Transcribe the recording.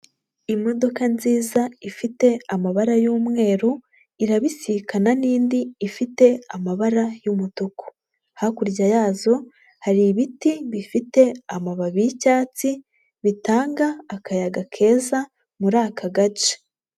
Imodoka nziza ifite amabara y'umweru, irabisikana n'indi ifite amabara y'umutuku, hakurya yazo hari ibiti bifite amababi y'icyatsi, bitanga akayaga keza muri aka gace.